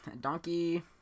Donkey